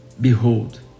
Behold